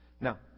Now